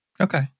okay